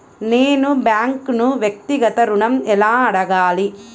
నేను బ్యాంక్ను వ్యక్తిగత ఋణం ఎలా అడగాలి?